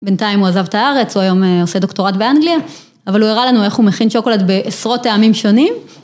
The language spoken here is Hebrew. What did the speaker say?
‫בינתיים הוא עזב את הארץ, ‫הוא היום עושה דוקטורט באנגליה, ‫אבל הוא הראה לנו איך הוא מכין ‫שוקולד בעשרות טעמים שונים.